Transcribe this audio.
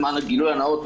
למען הגילוי הנאות,